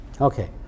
Okay